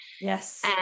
Yes